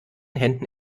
händen